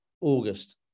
August